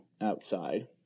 outside